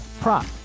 prop